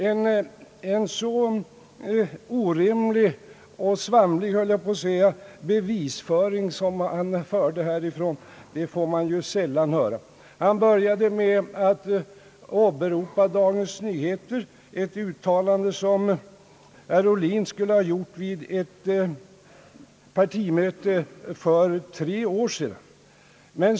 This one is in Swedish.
En så orimlig — jag höll på att säga svamlig — bevisning som herr Karlsson framförde får man sällan höra. Herr Karlsson började med att åberopa ett uttalande som herr Ohlin skulle ha gjort vid ett partimöte för tre år sedan.